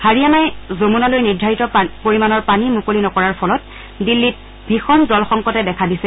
হাৰিয়ানাই যমুনালৈ নিৰ্ধাৰিত পৰিমাণৰ পানী মুকলি নকৰাৰ ফলত দিল্লীত ভীষণ জল সংকটে দেখা দিছে